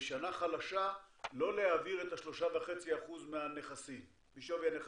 בשנה חלשה לא להעביר את ה-3.5% משווי הנכסים,